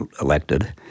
elected